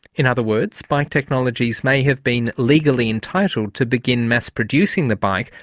in other words, bike technologies may have been legally entitled to begin mass-producing the bike,